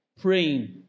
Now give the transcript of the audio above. Praying